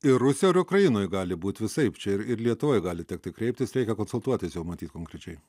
ir rusijoj ir ukrainoj gali būt visaip čia ir ir lietuvoj gali tekti kreiptis reikia konsultuotis jau matyt konkrečiai